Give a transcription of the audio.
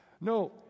No